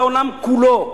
בעולם כולו,